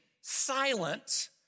silent